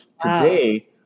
today